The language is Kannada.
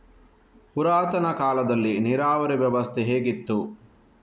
ಪುರಾತನ ಕಾಲದಲ್ಲಿ ನೀರಾವರಿ ವ್ಯವಸ್ಥೆ ಹೇಗಿತ್ತು?